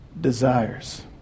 Desires